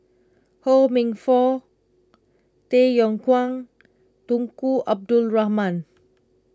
Ho Minfong Tay Yong Kwang Tunku Abdul Rahman